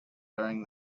during